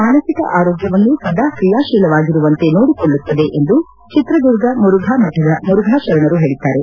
ಮಾನಸಿಕ ಆರೋಗ್ವವನ್ನು ಸದಾ ಕ್ರಿಯಾಶೀಲವಾಗಿರುವಂತೆ ನೋಡಿಕೊಳ್ಳುತ್ತದೆ ಎಂದು ಚಿತ್ರದುರ್ಗದ ಮುರುಘಾಮಠದ ಮುರುಘಾ ಶರಣರು ಹೇಳಿದ್ದಾರೆ